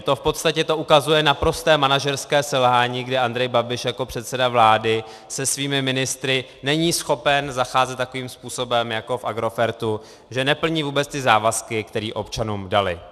V podstatě to ukazuje naprosté manažerské selhání, kdy Andrej Babiš jako předseda vlády se svými ministry není schopen zacházet takovým způsobem jako v Agrofertu, že neplní vůbec závazky, které občanům dali.